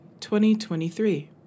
2023